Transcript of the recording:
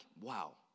wow